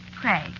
Craig